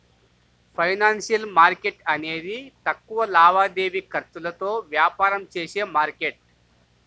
financial market అనేది తక్కువ లావాదేవీ ఖర్చులతో వ్యాపారం చేసే మార్కెట్